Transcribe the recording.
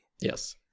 Yes